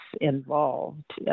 involved